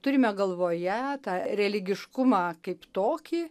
turime galvoje tą religiškumą kaip tokį